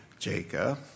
Jacob